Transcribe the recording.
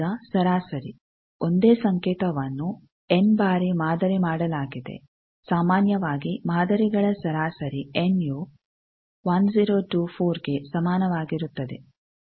ಈಗ ಸರಾಸರಿ ಒಂದೇ ಸಂಕೇತವನ್ನು ಎನ್ ಬಾರಿ ಮಾದರಿ ಮಾಡಲಾಗಿದೆ ಸಾಮಾನ್ಯವಾಗಿ ಮಾದರಿಗಳ ಸರಾಸರಿ ಎನ್ ಯು 1024 ಗೆ ಸಮಾನವಾಗಿರುತ್ತದೆ